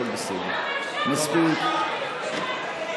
תוציא אותה, תוציא אותה כבר.